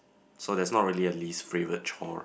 so that's not really a least favourite chore